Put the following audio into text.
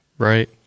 Right